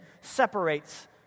separates